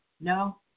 No